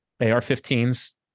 AR-15s